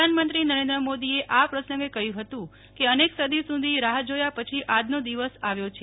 પ્રધાનમંત્રી નરેન્દ્ર મોદીએ આ પ્રસંગે કહ્યું હતું કે અનેક સદી સુધી રાહ જોયા પછી આજનો દિવસ આવ્યો છે